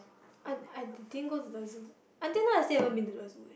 I I didn't go to the zoo until now I still haven't been to the zoo